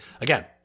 again